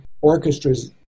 orchestras